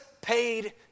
paid